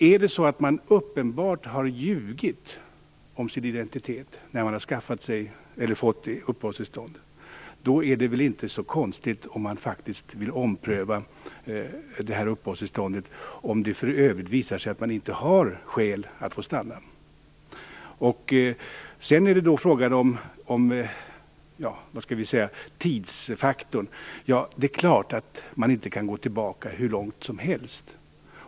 Är det uppenbart att man har ljugit om sin identitet när man har fått uppehållstillstånd är det väl inte så konstigt att uppehållstillståndet faktiskt omprövas, om det visar sig att man inte har skäl att få stanna. Vad gäller tidsfaktorn är det klart att det inte går att gå hur långt tillbaka som helst.